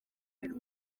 ntabwo